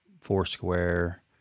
Foursquare